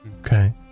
Okay